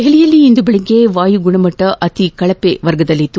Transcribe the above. ದೆಹಲಿಯಲ್ಲಿ ಇಂದು ಬೆಳಗ್ಗೆ ವಾಯು ಗುಣಮಟ್ನ ಅತಿ ಕಳಪೆ ವರ್ಗದಲ್ಲಿತ್ತು